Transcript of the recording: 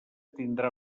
tindrà